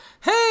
Hey